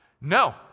No